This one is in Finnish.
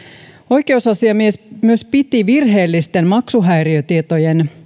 oikeusasiamies myös piti virheellisten maksuhäiriötietojen